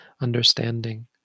understanding